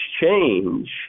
change